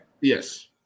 Yes